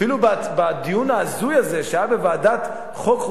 אפילו הדיון ההזוי הזה שהיה בוועדת חוקה,